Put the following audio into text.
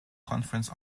conference